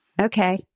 Okay